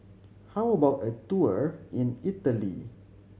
how about a tour in Italy